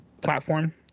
platform